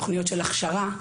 תוכניות הכשרה.